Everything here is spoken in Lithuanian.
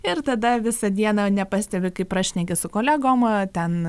ir tada visą dieną nepastebi kai prašneki su kolegom ten